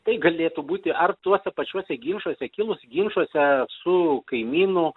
tai galėtų būti ar tuose pačiuose ginčuose kilus ginčuose su kaimynu